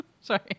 Sorry